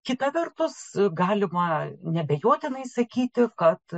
kita vertus galima neabejotinai sakyti kad